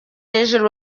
hejuru